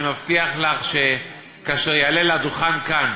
אני מבטיח לך שכאשר יעלה לדוכן כאן